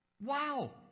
Wow